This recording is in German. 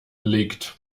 liegt